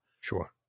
Sure